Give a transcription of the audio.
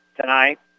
tonight